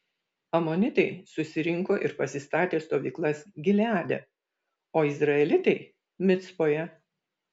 amonitai susirinko ir pasistatė stovyklas gileade o izraelitai micpoje